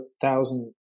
thousand